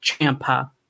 Champa